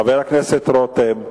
חבר הכנסת רותם.